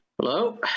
Hello